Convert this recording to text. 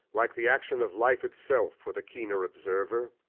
like the action of life itself for the keener observer,